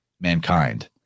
mankind